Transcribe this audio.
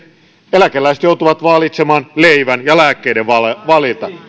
eläkeläiset joutuvat valitsemaan leivän ja lääkkeiden väliltä